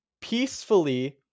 peacefully